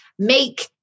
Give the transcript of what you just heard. Make